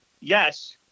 yes